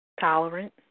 Tolerant